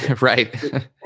Right